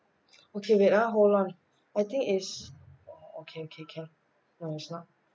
okay wait ah hold on okay its okay okay can